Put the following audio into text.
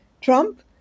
Trump